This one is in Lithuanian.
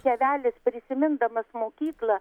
tėvelis prisimindamas mokyklą